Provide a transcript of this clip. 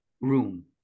room